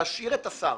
להשאיר את השר